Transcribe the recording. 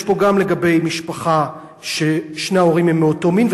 יש פה גם לגבי משפחה ששני ההורים הם מאותו מין,